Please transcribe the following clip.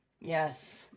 Yes